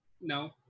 No